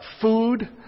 food